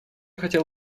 хотел